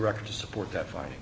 record to support that fi